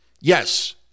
yes